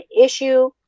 issue